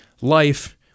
life